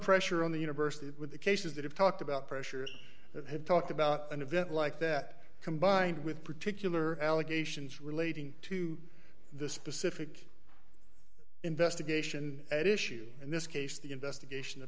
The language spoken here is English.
pressure on the university with the cases that have talked about pressures that have talked about an event like that combined with particular allegations relating to the specific investigation at issue in this case the investigation of